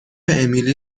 امیلی